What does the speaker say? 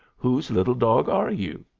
whose little dog are you?